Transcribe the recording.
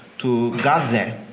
to gaza,